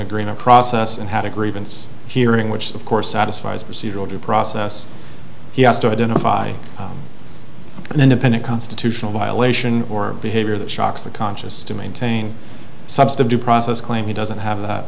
agreement process and had a grievance hearing which of course satisfies procedural due process he has to identify an independent constitutional violation or behavior that shocks the conscious to maintain substantive process claim he doesn't have that